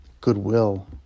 goodwill